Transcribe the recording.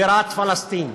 בירת פלסטין.